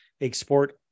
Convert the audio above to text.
export